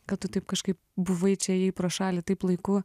kad tu taip kažkaip buvai čia ėjai pro šalį taip laiku